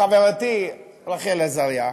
חברתי רחל עזריה,